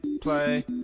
Play